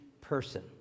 person